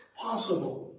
possible